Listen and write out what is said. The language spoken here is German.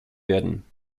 werden